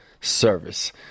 service